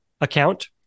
account